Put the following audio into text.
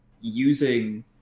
using